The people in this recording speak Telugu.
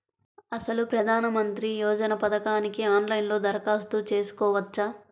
అసలు ప్రధాన మంత్రి యోజన పథకానికి ఆన్లైన్లో దరఖాస్తు చేసుకోవచ్చా?